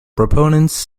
proponents